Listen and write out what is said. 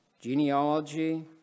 genealogy